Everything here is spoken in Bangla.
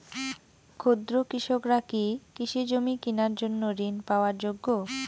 ক্ষুদ্র কৃষকরা কি কৃষিজমি কিনার জন্য ঋণ পাওয়ার যোগ্য?